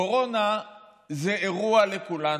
קורונה זה אירוע לכולנו.